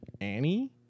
Annie